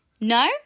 no